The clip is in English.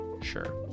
sure